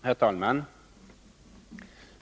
Herr talman!